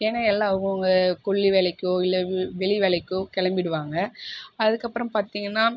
ஏன்னா எல்லா அவங்கவுவங்க கொல்லி வேலைக்கோ இல்லை வெ வெளி வேலைக்கோ கிளம்பிடுவாங்க அதற்கப்பறம் பார்த்திங்கன்னா